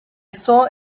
saw